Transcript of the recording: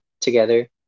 together